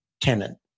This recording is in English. tenant